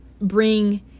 bring